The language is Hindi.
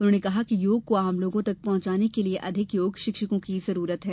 उन्होंने कहा कि योग को आम लोगों तक पहुंचाने के लिए अधिक योग शिक्षकों की जरूरत है